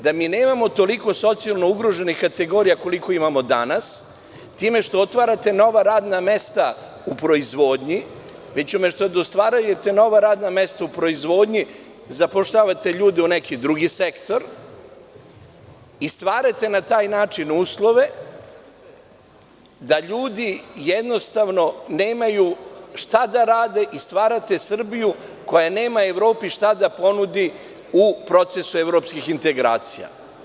Da mi nemamo toliko socijalno ugroženih kategorija koliko imamo danas, time što otvarate nova radna mesta u proizvodnji, već umesto da ostvarujete nova radna mesta u proizvodnji, zapošljavate ljude u neki drugi sektor, i stvarate na taj način uslove da ljudi jednostavno nemaju šta da rade i stvarate Srbiju koja nema Evropi šta da ponudi u procesu Evropskih integracija.